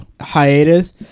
hiatus